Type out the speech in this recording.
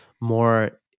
More